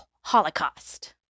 holocaust